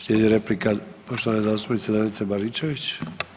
Slijedi replika poštovane zastupnice Danice Baričević.